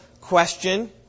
question